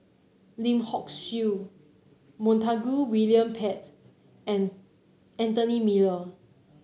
Lim Hock Siew Montague William Pett and Anthony Miller